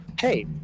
hey